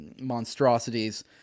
monstrosities